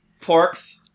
Porks